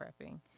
prepping